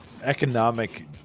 Economic